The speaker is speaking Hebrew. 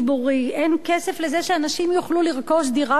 אין כסף לזה שאנשים יוכלו לרכוש דירה בכבוד,